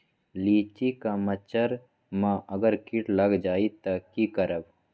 लिचि क मजर म अगर किट लग जाई त की करब?